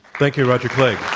thank you roger clegg.